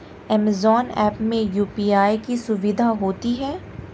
Amazon app में UPI की सुविधा होती है